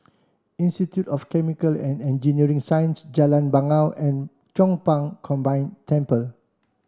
institute of Chemical and Engineering Sciences Jalan Bangau and Chong Pang Combined Temple